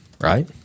right